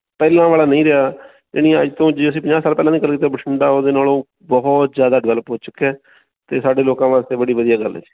ਪਹਿਲਾਂ ਵਾਲਾ ਨਹੀਂ ਰਿਹਾ ਜਾਣੀ ਅੱਜ ਤੋਂ ਜੇ ਅਸੀਂ ਪੰਜਾਹ ਸਾਲ ਪਹਿਲਾਂ ਦੀ ਗੱਲ ਕਰੀਏ ਤਾਂ ਬਠਿੰਡਾ ਉਹਦੇ ਨਾਲੋਂ ਬਹੁਤ ਜ਼ਿਆਦਾ ਡਿਵੈਲਪ ਹੋ ਚੁੱਕਿਆ ਅਤੇ ਸਾਡੇ ਲੋਕਾਂ ਵਾਸਤੇ ਬੜੀ ਵਧੀਆ ਗੱਲ ਹੈ ਜੀ